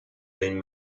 been